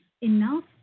enough